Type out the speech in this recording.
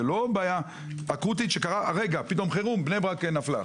זה לא בעיה אקוטית חירום, בני ברק נפלה.